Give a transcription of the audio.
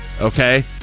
okay